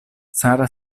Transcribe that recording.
sara